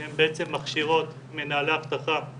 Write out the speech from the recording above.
שהן בעצם מכשירות מנהלי אבטחה,